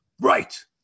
Right